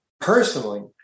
personally